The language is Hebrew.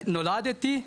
נולדתי.